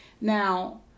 Now